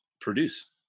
produce